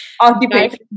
Occupation